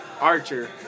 Archer